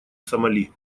сомали